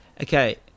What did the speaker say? okay